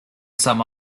some